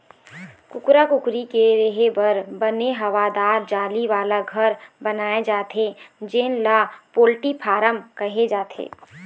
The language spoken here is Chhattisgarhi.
कुकरा कुकरी के रेहे बर बने हवादार जाली वाला घर बनाए जाथे जेन ल पोल्टी फारम कहे जाथे